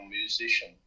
musician